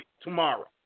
tomorrow